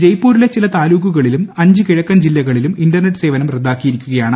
ജയ്പ്ടൂരിലെ ചില താലൂക്കുകളിലും അഞ്ച് കിഴക്കൻ ജില്ലകളിലും ഇന്റർനെറ്റ് സേവനം റദ്ദാക്കിയിരിക്കുകയാണ്